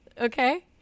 Okay